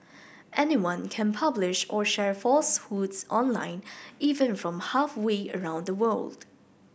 anyone can publish or share falsehoods online even from halfway around the world